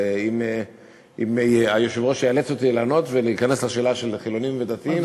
אבל אם היושב-ראש יאלץ אותי לענות ולהיכנס לשאלה של חילונים ודתיים,